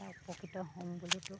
উপকৃত হ'ম বুলিতো